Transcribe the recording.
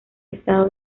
estado